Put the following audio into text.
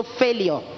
failure